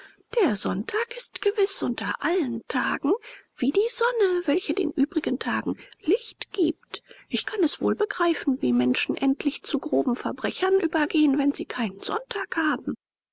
der sonntag ist gewiß unter allen tagen wie die sonne welche den übrigen tagen licht gibt ich kann es wohl begreifen wie menschen endlich zu groben verbrechen übergehen wenn sie keinen sonntag haben